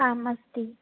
आम् अस्ति